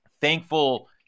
thankful